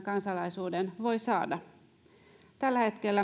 kansalaisuuden voi saada tällä hetkellä